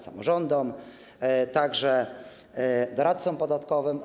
samorządom, także doradcom podatkowym.